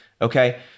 okay